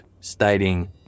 stating